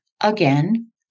again